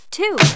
two